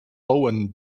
owen